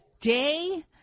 day